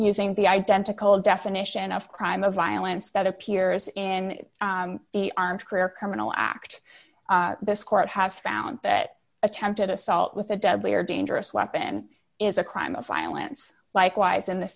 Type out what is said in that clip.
using the identical definition of crime of violence that appears in the career criminal act this court has found that attempted assault with a deadly or dangerous weapon is a crime of violence likewise in the